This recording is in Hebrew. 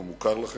הוא מוכר לכם,